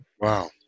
Wow